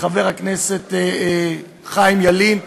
לחבר הכנסת חיים ילין,